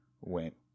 went